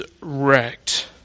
wrecked